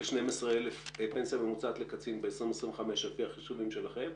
ל-12,000 ש"ח פנסיה ממוצעת לקצין ב-2025 על פי החישובים שלכם,